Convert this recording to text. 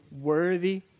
worthy